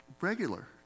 regular